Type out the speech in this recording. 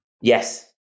Yes